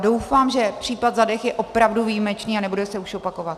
Doufám, že případ Zadeh je opravdu výjimečný a nebude se už opakovat.